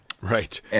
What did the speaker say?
Right